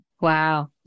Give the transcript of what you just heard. Wow